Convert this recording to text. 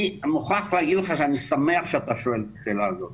אני מוכרח להגיד לך שאני שמח שאתה שואל את השאלה הזו.